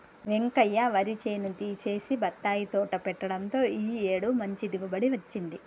వెంకయ్య వరి చేను తీసేసి బత్తాయి తోట పెట్టడంతో ఈ ఏడు మంచి దిగుబడి వచ్చింది